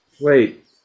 Wait